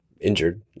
injured